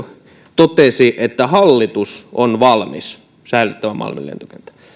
totesi että hallitus on valmis säilyttämään malmin lentokentän